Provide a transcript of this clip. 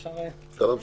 אפשר להמשיך.